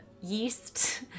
yeast